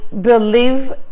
believe